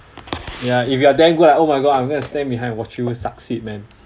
yeah if you are damn good like oh my god I'm going to stand behind and watch you succeed man